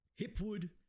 Hipwood